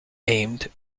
aimed